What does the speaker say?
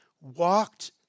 walked